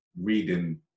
reading